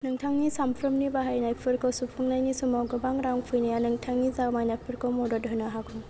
नोंथांनि सानफ्रोमबोनि बाहायनायफोरखौ सुफुंनायनि समाव गोबां रां फैनाया नोंथानि जमायनायफोरखौ मदद होनो हागौ